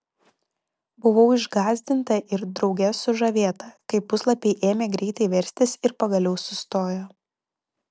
buvau išgąsdinta ir drauge sužavėta kai puslapiai ėmė greitai verstis ir pagaliau sustojo